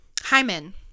hymen